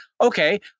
okay